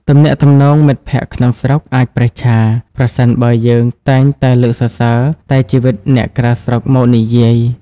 ទំនាក់ទំនងមិត្តភក្តិក្នុងស្រុកអាចប្រេះឆា ប្រសិនបើយើងតែងតែលើកសរសើរតែជីវិតអ្នកក្រៅស្រុកមកនិយាយ។